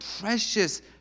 precious